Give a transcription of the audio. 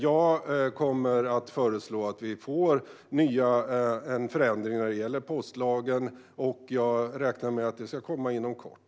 Jag kommer dock att föreslå en förändring av postlagen och räknar med att den ska komma inom kort.